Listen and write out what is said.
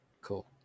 Cool